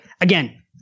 again